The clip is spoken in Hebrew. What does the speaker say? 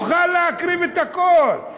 מוכן להקריב את הכול.